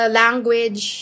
language